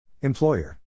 Employer